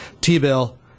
T-bill